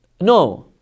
No